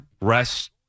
rest